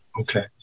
Okay